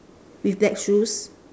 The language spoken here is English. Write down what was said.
with black shoes